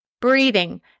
breathing